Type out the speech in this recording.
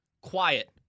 quiet